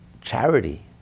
Charity